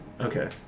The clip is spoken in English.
Okay